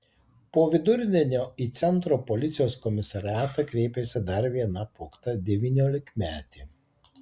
po vidurdienio į centro policijos komisariatą kreipėsi dar viena apvogta devyniolikmetė